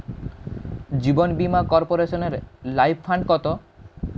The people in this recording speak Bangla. জীবন বীমা কর্পোরেশনের লাইফ ফান্ড কত?